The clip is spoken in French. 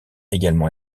également